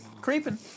Creeping